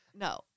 No